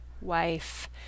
wife